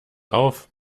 auf